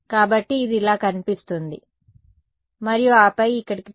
కాబట్టి ఇది ఇలా కనిపిస్తుంది మరియు ఆపై ఇక్కడకు తిరిగి రండి